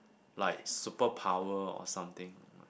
like superpower or something like